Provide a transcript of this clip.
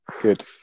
Good